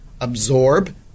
absorb